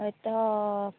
ତ